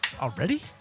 Already